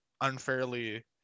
unfairly